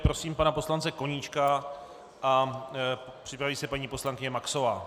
Prosím pana poslance Koníčka a připraví se paní poslankyně Maxová.